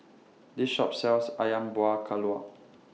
This Shop sells Ayam Buah Keluak